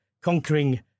conquering